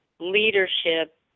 leadership